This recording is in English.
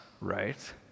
right